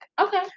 Okay